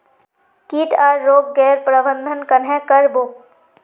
किट आर रोग गैर प्रबंधन कन्हे करे कर बो?